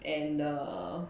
and the